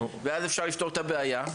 ואז אפשר לפתור את הבעיה?